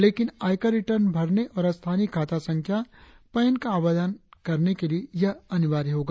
लेकिन आयकर रिटर्न भरने और स्थानीय खाता संख्या पैन का आवेदन करने के लिए यह अनिवार्य होगा